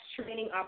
training